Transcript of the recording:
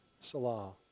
Salah